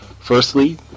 Firstly